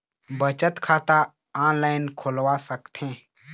बचत खाता ऑनलाइन खोलवा सकथें?